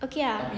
okay ah